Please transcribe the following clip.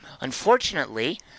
Unfortunately